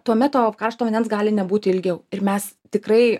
tuomet to karšto vandens gali nebūti ilgiau ir mes tikrai